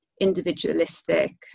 Individualistic